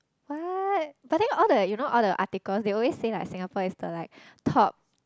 what but then all the you know all the articles they always saying like Singapore is the like top